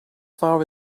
far